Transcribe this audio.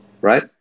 right